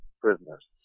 prisoners